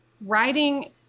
writing